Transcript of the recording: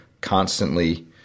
constantly